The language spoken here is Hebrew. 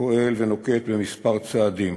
ופועל ונוקט כמה צעדים.